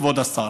כבוד השר.